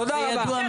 זה ידוע מראש.